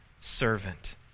servant